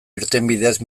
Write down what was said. irtenbideez